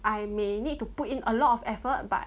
I may need to put in a lot of effort but